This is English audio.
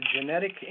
genetic